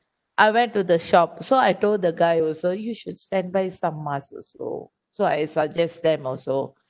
I went to the shop so I told the guy also you should standby some mask also so I suggest them also